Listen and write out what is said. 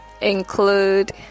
include